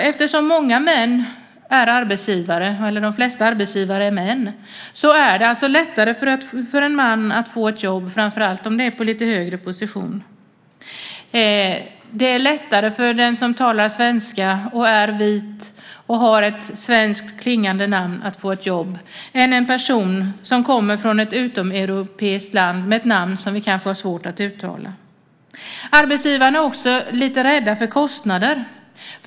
Eftersom de flesta arbetsgivare är män är det lättare för en man att få ett jobb, framför allt om det är i en högre position. Det är lättare för den som talar svenska, är vit och har ett svenskklingande namn att få ett jobb än för en person som kommer från ett utomeuropeiskt land med ett namn som vi kanske har svårt att uttala. Arbetsgivarna är också rädda för kostnader.